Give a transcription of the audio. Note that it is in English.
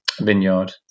vineyard